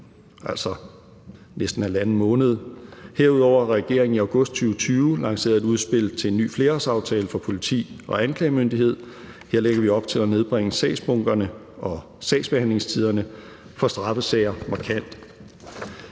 altså næsten halvanden måned. Herudover har regeringen i august 2020 lanceret et udspil til en ny flerårsaftale for politi og anklagemyndighed. Her lægger vi op til markant at nedbringe sagsbunkerne og sagsbehandlingstiderne for straffesager.